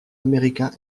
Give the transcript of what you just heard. américain